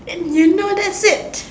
and you know that's it